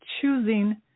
choosing